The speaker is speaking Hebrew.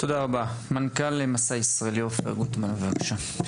תודה רבה, מנכ"ל מסע ישראל, עופר גוטמן, בבקשה.